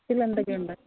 പിന്നെ എന്തൊക്കെയുണ്ട്